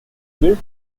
built